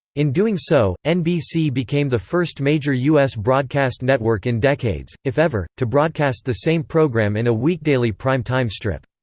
in doing so, nbc became the first major u s. broadcast network in decades, if ever, to broadcast the same program in a weekdaily prime time strip.